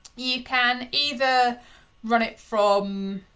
you can either run it from.